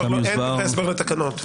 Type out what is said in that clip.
אין דברי הסבר בתקנות.